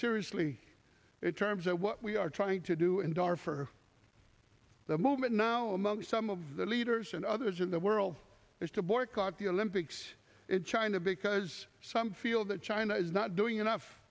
seriously it terms of what we are trying to do in dar for the movement now among some of the leaders and others in the world is to boycott the olympics it's china because some feel that china is not doing enough